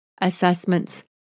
assessments